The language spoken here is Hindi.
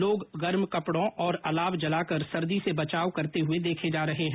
लोग गर्म कपडों और अलाव जलाकर सर्दी से बचाव करते हुए देखे जा रहे है